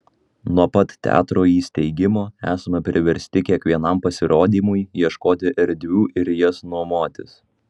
nuo pat teatro įsteigimo esame priversti kiekvienam pasirodymui ieškoti erdvių ir jas nuomotis